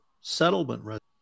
settlement